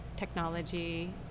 Technology